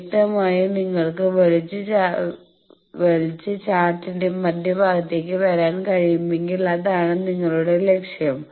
വ്യക്തമായും നിങ്ങൾക്ക് വലിച്ചു ചാർട്ടിന്റെ മധ്യഭാഗത്തേക്ക് വരാൻ കഴിയുമെങ്കിൽ അതാണ് നിങ്ങളുടെ ലക്ഷ്യം